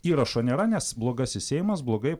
įrašo nėra nes blogasis seimas blogai